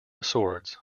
swords